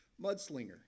mudslinger